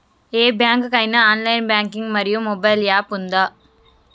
ఏ bank కి ఐనా online banking మరియు మొబైల్ యాప్ ఉందా?